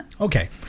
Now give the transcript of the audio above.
Okay